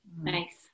Nice